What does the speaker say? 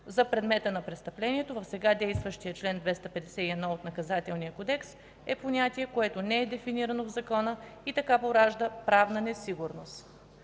за предмета на престъплението в сега действащия чл. 251 от Наказателния кодекс е понятие, което не е дефинирано в закона и така поражда правна несигурност.